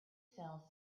sell